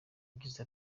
yagize